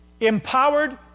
Empowered